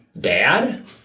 Dad